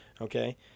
Okay